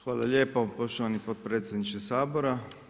Hvala lijepo poštovani potpredsjedniče Sabora.